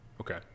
Okay